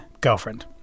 girlfriend